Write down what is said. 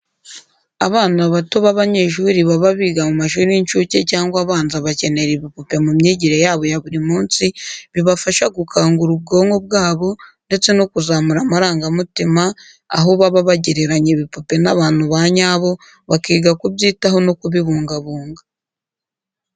Abana bato b'abanyeshuri baba biga mu mashuri y'incuke cyangwa abanza bakenera ibipupe mu myigire yabo ya buri munsi, bibafasha gukangura ubwonko bwabo ndetse no kuzamura amarangamutima aho baba bagereranya ibipupe n'abantu ba nyabo, bakiga kubyitaho no kubibungabunga.